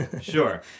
sure